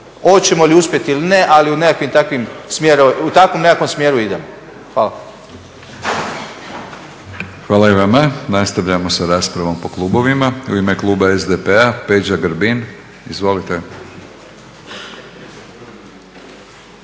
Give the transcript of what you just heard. hoćemo li uspjeti ili ne ali u nekom takvom smjeru idemo. Hvala. **Batinić, Milorad (HNS)** Hvala i vama. Nastavljamo sa raspravom po klubovima. U ime kluba SDP-a Peđa Grbin. Izvolite.